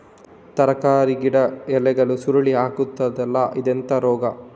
ತರಕಾರಿ ಗಿಡದ ಎಲೆಗಳು ಸುರುಳಿ ಆಗ್ತದಲ್ಲ, ಇದೆಂತ ರೋಗ?